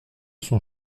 son